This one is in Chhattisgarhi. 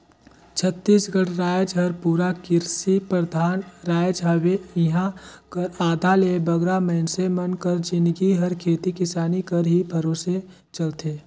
छत्तीसगढ़ राएज हर पूरा किरसी परधान राएज हवे इहां कर आधा ले बगरा मइनसे मन कर जिनगी हर खेती किसानी कर ही भरोसे चलथे